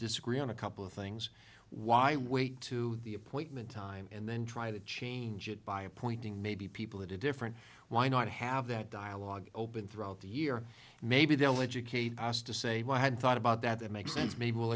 disagree on a couple of things why wait to the appointment time and then try to change it by appointing maybe people that have different why not have that dialogue open throughout the year maybe they'll educate us to say well i had thought about that that makes sense maybe we'll